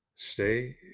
stay